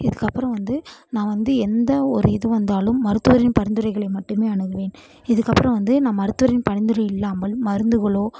இதுக்கப்புறம் வந்து நான் வந்து எந்த ஒரு இது வந்தாலும் மருத்துவரின் பரிந்துரைகளை மட்டுமே அணுகுவேன் இதுக்கப்புறம் வந்து நான் மருத்துவரின் பரிந்துரை இல்லாமல் மருந்துகளோ